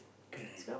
okay lah